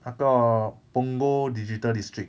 那个 punggol digital district